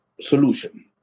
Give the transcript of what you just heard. solution